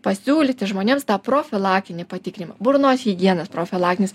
pasiūlyti žmonėms tą profilaktinį patikrinimą burnos higiena profilaktinis